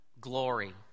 glory